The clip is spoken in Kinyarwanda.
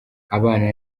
abana